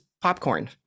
popcorn